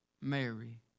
Mary